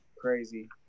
crazy